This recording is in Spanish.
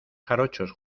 jarochos